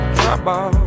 trouble